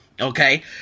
okay